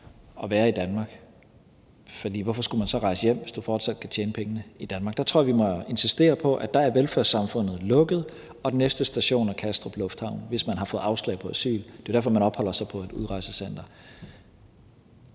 og være i Danmark, for hvorfor skulle man så rejse hjem, hvis man fortsat kan tjene pengene i Danmark? Der tror jeg, at vi må insistere på, at der er velfærdssamfundet lukket og den næste station er Kastrup Lufthavn, hvis man har fået afslag på asyl. Det er jo derfor, man opholder sig på et udrejsecenter.